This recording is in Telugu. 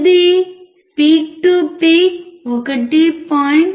ఇది పిక్ టు పిక్ 1